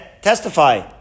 testify